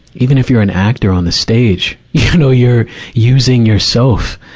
even if you're an actor on the stage, you know, you're using yourself.